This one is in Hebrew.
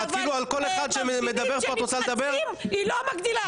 אבל למפגינים היא לא מגדילה.